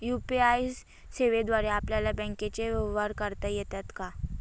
UPI सेवेद्वारे आपल्याला बँकचे व्यवहार करता येतात का?